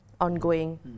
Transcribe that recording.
ongoing